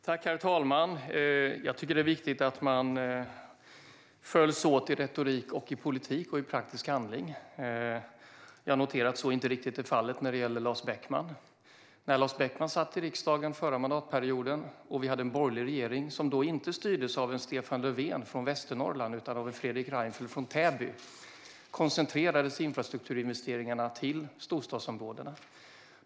Herr talman! Jag tycker att det är viktigt att retorik, politik och praktisk handling följs åt. Jag noterar att så inte riktigt är fallet när det gäller Lars Beckman. När Lars Beckman satt i riksdagen under den förra mandatperioden och vi hade en borgerlig regering, som inte styrdes av en Stefan Löfven från Västernorrland utan av en Fredrik Reinfeldt från Täby, koncentrerades infrastrukturinvesteringarna till storstadsområdena.